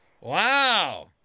Wow